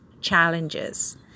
challenges